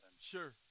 Sure